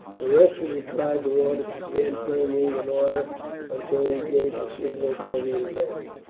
the rest of the tribe were ordered to stand firmly in order until he gave the signal for the advance.